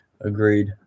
Agreed